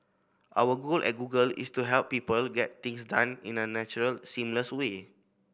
our goal at Google is to help people get things done in a natural seamless way